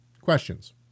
questions